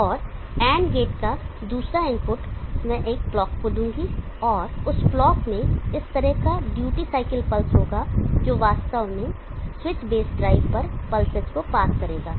और AND gate का दूसरा इनपुट मैं एक क्लॉक को दूंगा और उस क्लॉक में इस तरह का ड्यूटी साइकिल पल्स होगा जो वास्तव में स्विच बेस ड्राइव पर पल्सेस को पास देगा